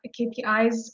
KPIs